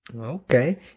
Okay